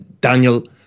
Daniel